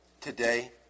today